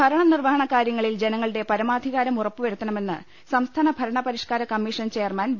ഭരണ നിർവഹണ കാര്യങ്ങളിൽ ജനങ്ങളുടെ പരമാധികാരം ഉറപ്പു വരുത്തണമെന്ന് സംസ്ഥാന ഭരണപരിഷ്കാര കമ്മിഷൻ ചെയർമാൻ വി